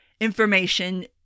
information